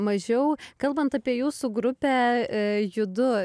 mažiau kalbant apie jūsų grupę judu